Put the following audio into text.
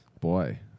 Boy